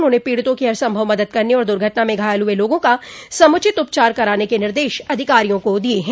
उन्होंने पीड़ितों की हर संभव मदद करने और दुर्घटना में घायल हुए लोगों का समुचित उपचार कराने के निर्देश अधिकारियों को दिये हैं